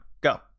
Go